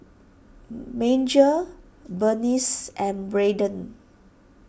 Major Berniece and Brayden